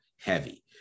heavy